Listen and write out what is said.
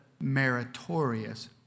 meritorious